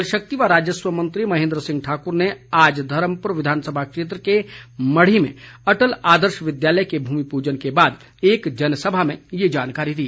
जल शक्ति व राजस्व मंत्री महेंद्र सिंह ठाकुर ने आज धर्मपुर विधानसभा क्षेत्र के मढ़ी में अटल आदर्श विद्यालय के भूमि पूजन के बाद एक जनसभा में ये जानकारी दी